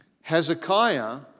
Hezekiah